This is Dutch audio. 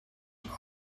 van